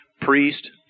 priest